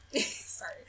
sorry